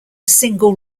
single